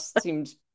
seems